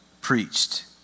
preached